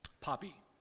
Poppy